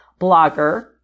blogger